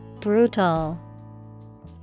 Brutal